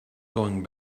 going